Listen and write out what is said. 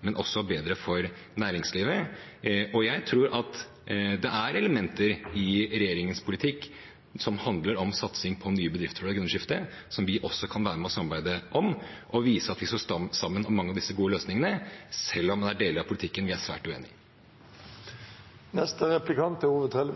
men også bedre for næringslivet. Jeg tror det er elementer i regjeringens politikk som handler om satsing på nye bedrifter for det grønne skiftet, som vi også kan være med på å samarbeide om, og slik vise at vi står sammen om mange av disse gode løsningene, selv om det er deler av politikken vi er svært uenig